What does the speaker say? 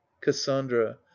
cassandra